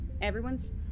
everyone's